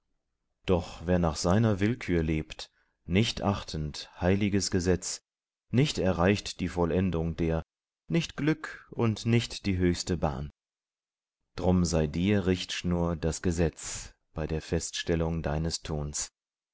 doch wer nach seiner willkür lebt nicht achtend heiliges gesetz nicht erreicht die vollendung der nicht glück und nicht die höchste bahn drum sei dir richtschnur das gesetz bei der feststellung deines tuns